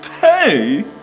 pay